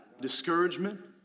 discouragement